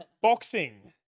boxing